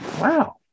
wow